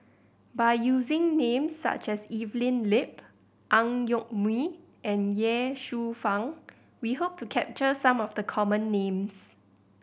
by using names such as Evelyn Lip Ang Yoke Mooi and Ye Shufang we hope to capture some of the common names